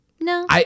No